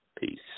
Peace